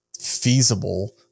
feasible